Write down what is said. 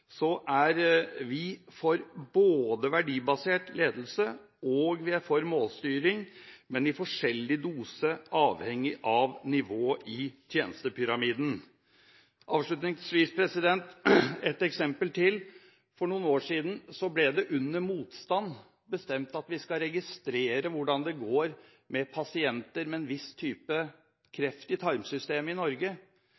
er vi for både verdibasert ledelse, og vi er for målstyring, men i forskjellig dose avhengig av nivå i tjenestepyramiden. Avslutningsvis et eksempel til: For noen år siden ble det under motstand bestemt at vi skal registrere hvordan det går med pasienter med en viss type